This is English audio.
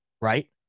Right